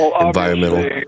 environmental